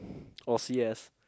or C_S